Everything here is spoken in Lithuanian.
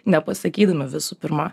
nepasakydami visų pirma